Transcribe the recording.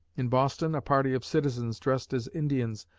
in boston, a party of citizens dressed as indians,